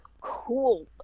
cool